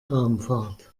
raumfahrt